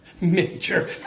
major